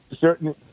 Certain